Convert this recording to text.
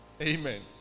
Amen